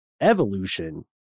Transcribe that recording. Evolution